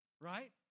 right